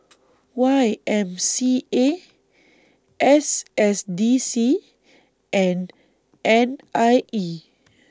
Y M C A S S D C and N I E